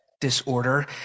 disorder